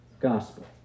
gospel